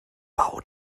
bau